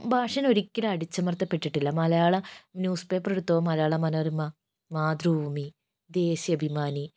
ഭാഷയെ ഒരിക്കലും അടിച്ചമർത്തപ്പെട്ടിട്ടില്ല മലയാളം ന്യൂസ് പേപ്പർ എടുത്തോ മലയാള മനോരമ മാതൃഭൂമി ദേശാഭിമാനി